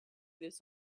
this